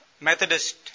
Methodist